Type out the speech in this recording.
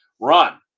run